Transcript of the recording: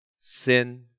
Sin